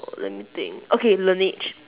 let me think okay laneige